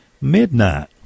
Midnight